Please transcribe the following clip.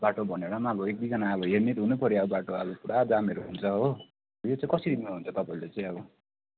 बाटो भनेर पनि अब एक दुईजना अब हेर्ने त हुनु पऱ्यो अब बाटो अब पुरा जामहरू हुन्छ हो यो चाहिँ कसरी मिलाउनुहुन्छ तपाईँहरूले चाहिँ अब